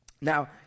now